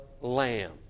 lamb